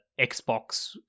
Xbox